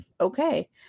okay